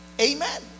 Amen